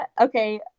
okay